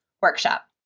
workshop